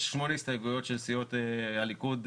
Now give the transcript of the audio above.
יש שמונה הסתייגויות של סיעות הליכוד,